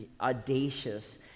audacious